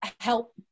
help